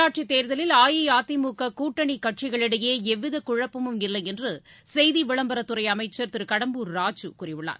உள்ளாட்சித் கேர்தலில் அஇஅதிமுககூட்டணிகட்சிகளிடையேஎவ்விதகுழப்பமும் இல்லைஎன்றுசெய்தி விளம்பரத் துறைஅமைச்சர் திருகடம்பூர் ராஜூ கூறியுள்ளார்